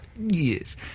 Yes